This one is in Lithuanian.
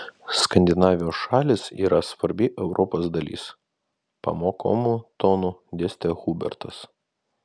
skandinavijos šalys yra svarbi europos dalis pamokomu tonu dėstė hubertas